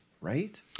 right